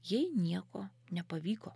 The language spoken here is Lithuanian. jai nieko nepavyko